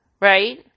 right